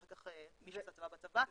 ואחרי כן מי שבצבא בצבא.